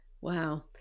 Wow